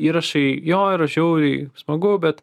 įrašai jo yra žiauriai smagu bet